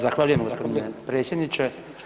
Zahvaljujem gospodine predsjedniče.